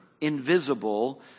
invisible